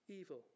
evil